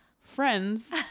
friends